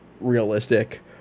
realistic